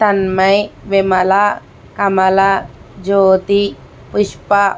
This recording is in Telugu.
తన్మయ్ విమల కమల జ్యోతి పుష్ప